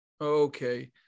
Okay